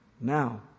Now